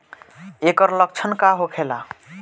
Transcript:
ऐकर लक्षण का होखेला?